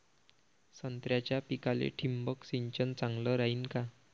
संत्र्याच्या पिकाले थिंबक सिंचन चांगलं रायीन का?